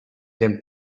them